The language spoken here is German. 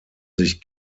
sich